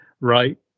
right